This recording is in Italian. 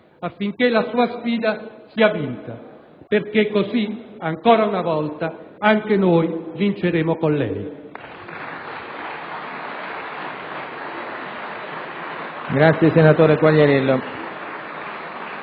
affinché la sua sfida sia vinta, perché così, ancora una volta, anche noi vinceremo con lei.